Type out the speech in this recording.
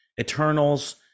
eternals